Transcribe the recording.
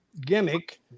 gimmick